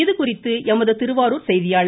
இதுகுறித்து எமது திருவாரூர் செய்தியாளர்